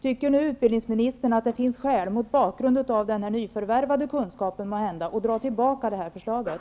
Tycker utbildningsministern, mot bakgrund av den nyförvärvade kunskapen, att det finns skäl att dra tillbaka det här förslaget?